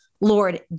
Lord